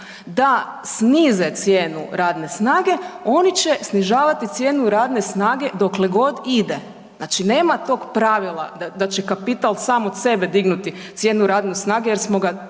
da snize cijenu radne snage, oni će snižavati cijenu radne snage dokle god ide. Znači nema tog pravila da će kapital sam od sebe dignuti cijenu radne snage jer smo ga